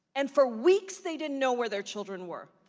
and for weeks they didn't know where their children were.